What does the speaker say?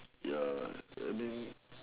ya I mean